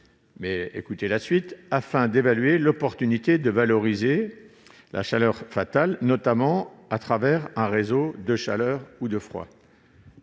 analyse coûts-avantages afin d'évaluer l'opportunité de valoriser de la chaleur fatale, notamment à travers un réseau de chaleur ou de froid